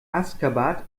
aşgabat